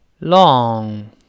long